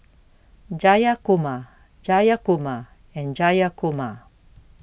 Jayakumar Jayakumar and Jayakumar